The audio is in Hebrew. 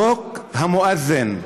חוק המואד'ין,